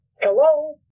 Hello